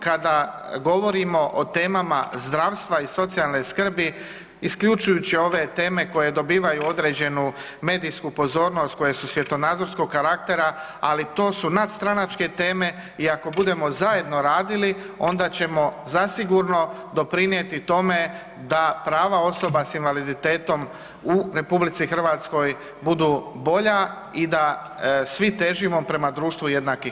Kada govorimo o temama zdravstva i socijalne skrbi isključujući ove teme koje dobivaju određenu medijsku pozornost, koje su svjetonazorskog karaktera, ali to su nadstranačke teme i ako budemo zajedno radili onda ćemo zasigurno doprinjeti tome da prava osoba s invaliditetom u RH budu bolja i da svi težimo prema društvu jednakih